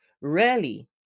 rarely